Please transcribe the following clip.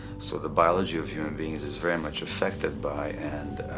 so the biology of human beings is very much affected by and